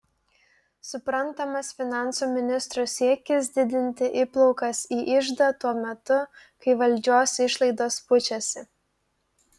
suprantamas finansų ministro siekis didinti įplaukas į iždą tuo metu kai valdžios išlaidos pučiasi